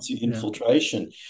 infiltration